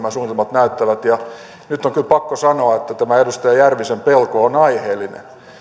näyttävät ja nyt on kyllä pakko sanoa että tämä edustaja järvisen pelko on aiheellinen